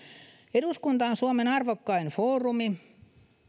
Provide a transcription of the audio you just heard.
eduskunta on suomen arvokkain foorumi